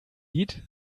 lied